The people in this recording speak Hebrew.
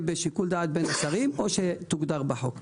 בשיקול דעת בין השרים או שתוגדר בחוק.